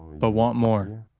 but want more.